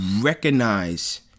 recognize